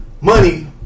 money